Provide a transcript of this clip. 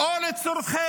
או לצורכי